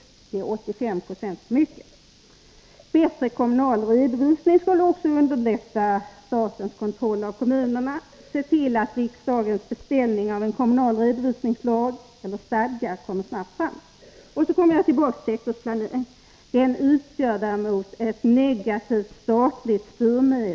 Det är 85 0 för mycket. Bättre kommunal redovisning skulle också underlätta statens kontroll av kommunerna. Se till att riksdagens ”beställning” av en kommunal redovisningslag/stadga snabbt kommer fram! Jag kommer tillbaka till sektorsplaneringen. Den utgör ett negativt statligt styrmedel.